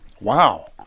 Wow